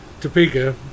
Topeka